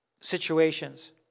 Situations